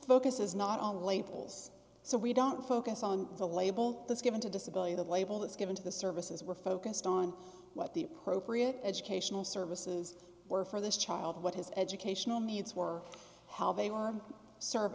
focus is not on labels so we don't focus on the label that's given to disability the label that's given to the services were focused on what the appropriate educational services were for this child what his educational needs were how they were in serv